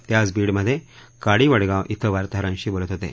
ते आज बीडमधे काडीवडगाव क्रि वार्ताहरांशी बोलत होते